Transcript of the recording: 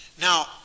Now